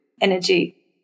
energy